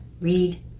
read